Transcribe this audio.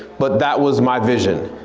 but that was my vision.